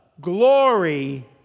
glory